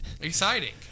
Exciting